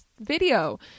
video